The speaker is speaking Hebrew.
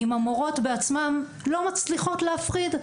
אם המורות בעצמן לא מצליחות להפריד.